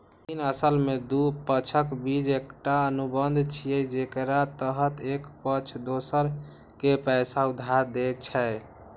ऋण असल मे दू पक्षक बीच एकटा अनुबंध छियै, जेकरा तहत एक पक्ष दोसर कें पैसा उधार दै छै